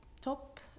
top